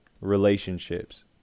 relationships